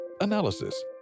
analysis